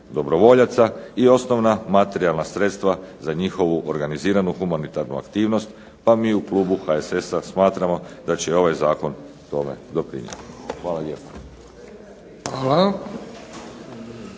dobrovoljaca i osnovna materijalna sredstva za njihovu organiziranu humanitarnu aktivnost, pa mi u klubu HSS-a smatramo da će ovaj zakon tome doprinijeti. Hvala lijepo.